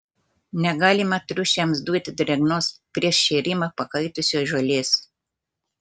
negalima triušiams duoti drėgnos prieš šėrimą pakaitusios žolės